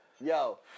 Yo